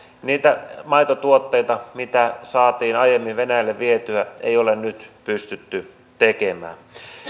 niitä maitotuotteita mitä saatiin aiemmin venäjälle vietyä ei ole nyt pystytty tekemään